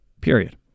period